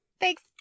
Thanks